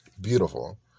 Beautiful